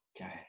Okay